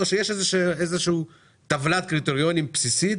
או שיש איזושהי טבלת קריטריונים בסיסית